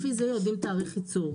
לפי זה יודעים את תאריך הייצור.